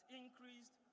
increased